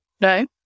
No